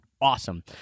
Awesome